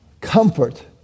comfort